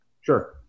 Sure